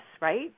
right